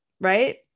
right